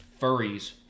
furries